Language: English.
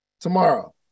tomorrow